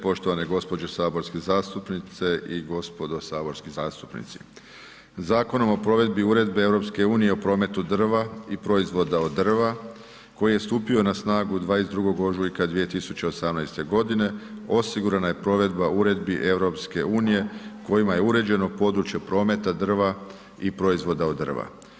Poštovane gđe. saborske zastupnice i gdo. saborski zastupnici, Zakonom o provedbi uredbe EU o prometu drva i proizvoda od drva koji je stupio na snagu 22. ožujka 2018.g. osigurana je provedba uredbi EU kojima je uređeno područje prometa drva i proizvoda od drva.